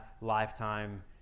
lifetime